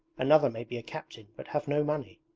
another may be a captain but have no money.